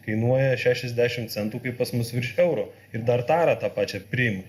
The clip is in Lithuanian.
kainuoja šešiasdešimt centų kai pas mus virš euro ir dar tarą tą pačią priima